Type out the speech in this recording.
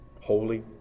holy